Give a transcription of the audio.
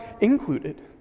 included